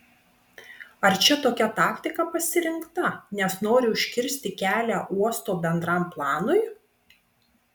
ar čia tokia taktika pasirinkta nes nori užkirsti kelią uosto bendram planui